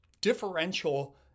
differential